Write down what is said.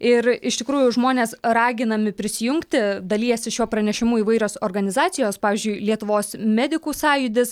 ir iš tikrųjų žmonės raginami prisijungti dalijasi šiuo pranešimu įvairios organizacijos pavyzdžiui lietuvos medikų sąjūdis